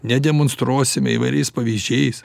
nedemonstruosime įvairiais pavyzdžiais